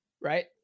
Right